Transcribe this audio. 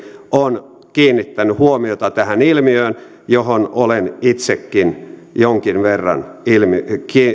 on kiinnittänyt huomiota tähän ilmiöön johon olen itsekin jonkun verran